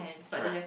correct